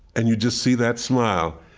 and you just see that smile.